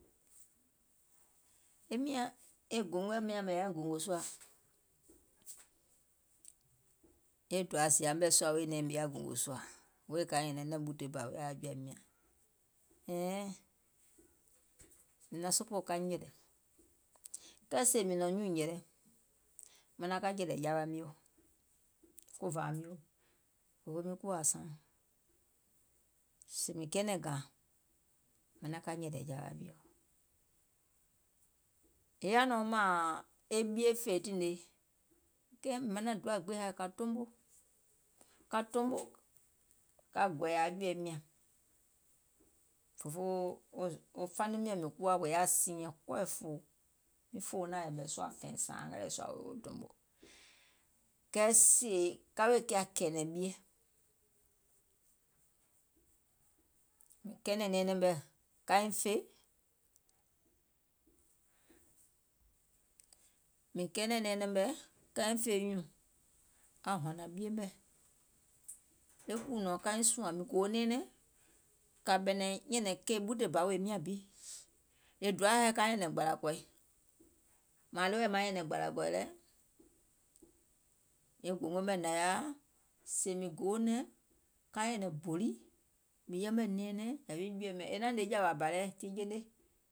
E miȧŋ e gòngòɛ̀ miȧŋ mìŋ yaȧ gòngò sùȧ, e dòȧ zììyȧ mɛ̀ sùȧ wèè nɛ̀ɛŋ mìŋ yaȧ gòngò sùȧ, wèè ka nyɛ̀nɛ̀ŋ nɛ̀ŋ ɓutè wèè an jɔ̀ȧim nyȧŋ, ɛ̀ɛŋ, mìŋ naŋ sòpoò ka nyɛ̀lɛ̀, kɛɛ sèè mìŋ nɔ̀ŋ nyuùŋ nyɛ̀lɛ, manaŋ ka nyɛ̀lɛ̀ jawa mio, ko vȧa mio, fòfoo miŋ kuwȧa saaŋ, sèè mìŋ kɛɛnɛ̀ŋ gȧȧŋ, manaŋ ka nyɛ̀lɛ̀ jawa mio, è ya nɔŋ mȧȧŋ e ɓie fè tiŋ ne, kɛɛ manaŋ doa gbiŋ haì ka tomo, ka tomo ka gɔ̀ɔ̀yɛ̀ aŋ jɔ̀ɛ̀im nyȧŋ, fòfoo wo faniŋ miɔ̀ŋ mìŋ kuwa wò yaȧ siinyɛŋ kɔɔɛ̀ fòo, mìŋ fòuŋ naȧŋ yɛ̀mɛ̀ sùȧ fɛ̀ɛ̀ sȧȧmɛ lɛɛ̀ wèè wo tomo, kɛɛ sèè ka weè kiȧ kɛ̀ɛ̀nɛ̀ŋ ɓie, mìŋ kɛɛnɛ̀ŋ nɛɛŋ mɛ̀ kaiŋ fè nyùùŋ aŋ hɔ̀nȧŋ ɓie mɛ̀, e kùù nɔ̀ɔŋ kaiŋ sùȧŋ, mìŋ gòo nɛɛnɛŋ, kà ɓɛ̀nɛ̀ŋ nyɛ̀nɛ̀ŋ keì ɓutè bȧ wèè miȧŋ bi, e doaȧ haìŋ ka nyɛ̀nɛ̀ŋ gbȧlȧ kɔ̀ì, mȧȧŋ ɗeweɛ̀ maŋ nyɛ̀nɛ̀ŋ gbȧlȧ kɔ̀ì lɛ, e gòngo mɛ̀ nȧŋ yaȧ sèè mìŋ gòo nɛ̀ŋ ka nyɛ̀nɛ̀ŋ bòli, mìŋ yɛmɛ̀ nɛɛnɛŋ yȧwi jɔ̀ɛ̀ɛim nyȧŋ, è naŋ hnè jȧwȧ bȧ lɛɛ̀ tiŋ jeiŋ ne,